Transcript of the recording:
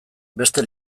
beste